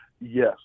yes